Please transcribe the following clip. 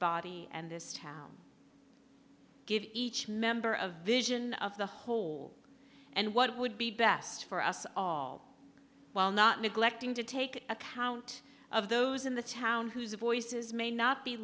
body and this town give each member of vision of the whole and what would be best for us all while not neglecting to take account of those in the town whose voices may not be